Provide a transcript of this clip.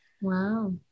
Wow